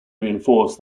reinforce